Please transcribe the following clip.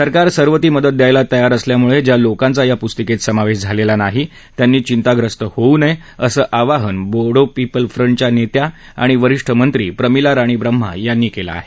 सरकार सर्व ती मदत करायला तयार असल्यामुळे ज्या लोकांचा या पुस्तिकेत समावेश झालेला नाही त्यांनी चिंताग्रस्त होऊ नये असं आवाहन बोडो पिपल फ्रन्टच्या नेत्या आणि वरिष्ठ मंत्री प्रमिला राणी ब्रम्हा यांनी केलं आहे